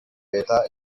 leta